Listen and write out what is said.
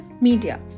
media